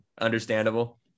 understandable